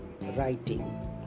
writing